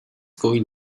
going